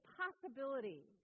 possibility